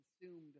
consumed